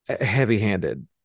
heavy-handed